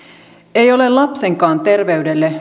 ei ole lapsenkaan terveydelle